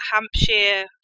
Hampshire